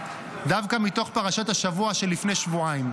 דווקא מתוך פרשת השבוע שלפני שבועיים.